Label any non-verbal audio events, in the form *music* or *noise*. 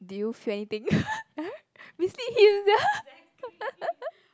do you feel anything *laughs* mislead him sia *laughs*